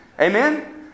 Amen